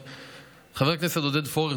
חבר הכנסת עודד פורר,